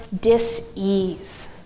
dis-ease